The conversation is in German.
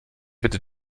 bitte